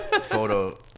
photo